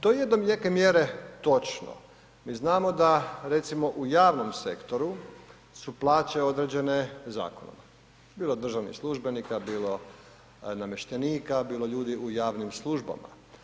To je do neke mjere točno, mi znamo da recimo u javnom sektoru su plaće određene zakonom, bilo državnih službenika, bilo namještenika, bilo ljudi u javnim službama.